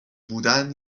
بودن